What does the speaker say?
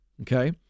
okay